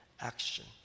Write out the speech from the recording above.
action